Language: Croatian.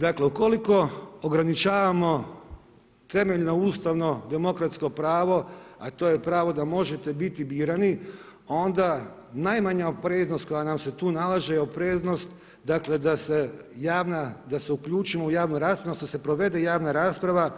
Dakle ukoliko ograničavamo temeljno ustavno demokratsko pravo, a to je pravo da možete biti birani, onda najmanja opreznost koja nam se tu nalaže je opreznost da se uključimo i da se provede javna rasprava